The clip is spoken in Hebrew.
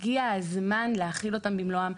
הגיע הזמן להחיל אותם במלואם.